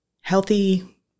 healthy